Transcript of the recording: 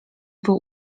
był